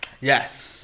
Yes